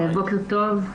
בוקר טוב.